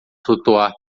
flutuar